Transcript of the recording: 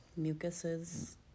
Mucuses